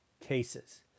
cases